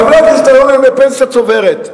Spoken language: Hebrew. חברי הכנסת היום הם בפנסיה צוברת.